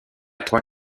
trois